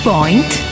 Point